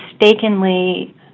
mistakenly